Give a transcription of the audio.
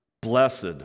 Blessed